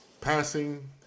passing